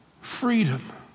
Freedom